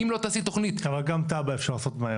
אבל גם תב"ע אפשר לעשות מהר.